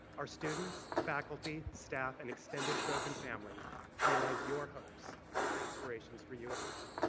our students, faculty, staff, and extended trojan family realize your hopes and aspirations for usc.